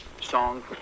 Song